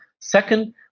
Second